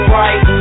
right